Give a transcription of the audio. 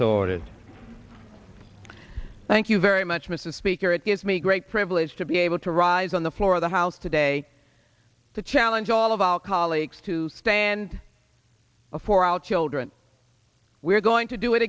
it thank you very much mr speaker it gives me great privilege to be able to rise on the floor of the house today to challenge all of our colleagues to stand up for our children we're going to do it